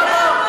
למה?